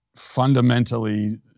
fundamentally